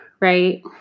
Right